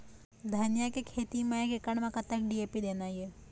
धनिया के खेती म एक एकड़ म कतक डी.ए.पी देना ये?